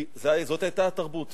זאת היתה התרבות.